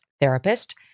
therapist